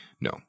No